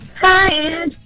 Hi